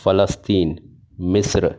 فلسطین مصر